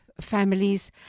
families